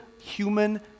human